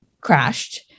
crashed